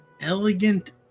Elegant